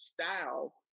style